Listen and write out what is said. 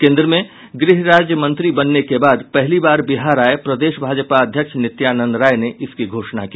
केंद्र में गृह राज्य मंत्री बनने के बाद पहली बार बिहार आये प्रदेश भाजपा अध्यक्ष नित्यानंद राय ने इसकी घोषणा की